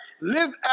Live